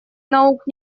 наук